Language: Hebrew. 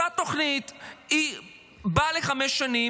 אותה תוכנית באה לחמש שנים,